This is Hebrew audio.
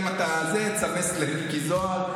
לא.